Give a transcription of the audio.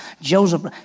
Joseph